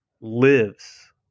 lives